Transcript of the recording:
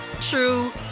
true